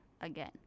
again